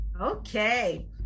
Okay